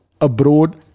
abroad